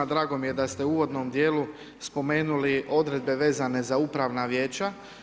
Drago mi je da ste u uvodnom dijelu spomenuli odredbe vezane za upravna vijeća.